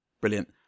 Brilliant